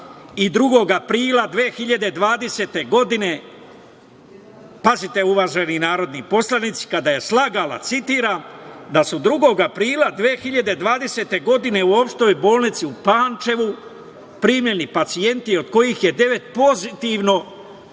i 2. aprila 2020. godine. Pazite, uvaženi narodni poslanici, kada je slagala, citiram: „Da su 2. aprila 2020. godine u Opštoj bolnici u Pančevu primljeni pacijenti od kojih je devet pozitivno